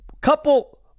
couple